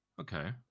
okay